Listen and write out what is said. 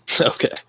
Okay